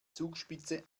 zugspitze